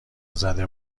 زده